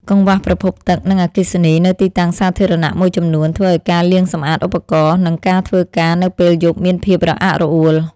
កង្វះប្រភពទឹក និងអគ្គិសនីនៅទីតាំងសាធារណៈមួយចំនួន ធ្វើឱ្យការលាងសម្អាតឧបករណ៍ និងការធ្វើការនៅពេលយប់មានភាពរអាក់រអួល។